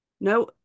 no